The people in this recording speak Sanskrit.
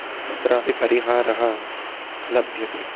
तत्रापि परिहारः लभ्यते